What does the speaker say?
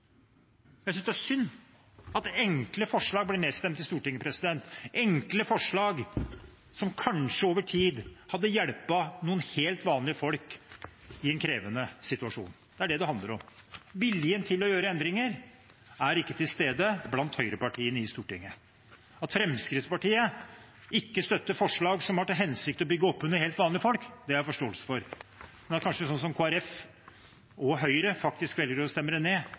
Jeg synes det er synd at enkle forslag blir nedstemt i Stortinget – enkle forslag som kanskje over tid hadde hjulpet noen helt vanlige folk i en krevende situasjon. Det er det det handler om. Viljen til å gjøre endringer er ikke til stede blant høyrepartiene i Stortinget. At Fremskrittspartiet ikke støtter forslag som har til hensikt å bygge opp under helt vanlige folk, har jeg forståelse for, men at Kristelig Folkeparti og Høyre faktisk velger å stemme det ned,